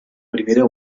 primera